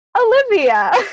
Olivia